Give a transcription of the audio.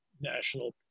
national